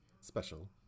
special